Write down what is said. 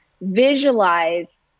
visualize